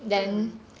mm